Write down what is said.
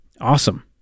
Awesome